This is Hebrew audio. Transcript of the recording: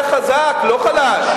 הדולר היה חזק, לא חלש.